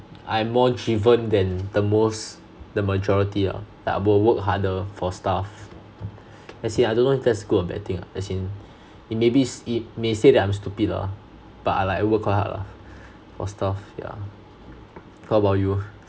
I'm more driven than the most the majority lah like I will work harder for stuff as in I don't know that's good or bad thing ah as in it maybe s~ it may say that I'm stupid lah but I like work quite hard lah for stuff yeah how about you